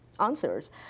Answers